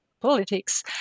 politics